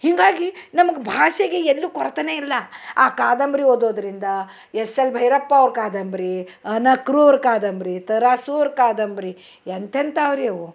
ಹೀಗಾಗಿ ನಮಗೆ ಭಾಷೆಗೆ ಎಲ್ಲೂ ಕೊರ್ತೆನೇ ಇಲ್ಲ ಆ ಕಾದಂಬರಿ ಓದೋದರಿಂದ ಎಸ್ ಎಲ್ ಭೈರಪ್ಪ ಅವ್ರ ಕಾದಂಬ್ರಿ ಅ ನ ಕೃ ಅವ್ರ ಕಾದಂಬರಿ ತ ರಾ ಸು ಅವ್ರ ಕಾದಂಬರಿ ಎಂತೆಂಥವು ರೀ ಅವು